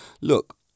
Look